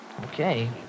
Okay